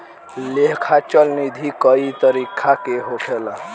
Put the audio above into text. लेखा चल निधी कई तरीका के होखेला